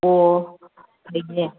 ꯑꯣ ꯐꯩꯅꯦ